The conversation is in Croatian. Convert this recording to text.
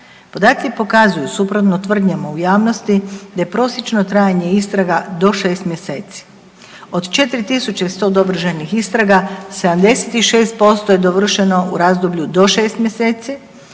Podaci pokazuju suprotno tvrdnjama u javnosti da je prosječno trajanje istraga do 6 mjeseci. Od 4.100 dovršenih istraga 76% je dovršeno u razdoblju do 6 mjeseci,